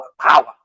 power